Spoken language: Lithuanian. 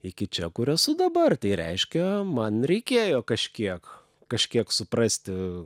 iki čia kur esu dabar tai reiškia man reikėjo kažkiek kažkiek suprasti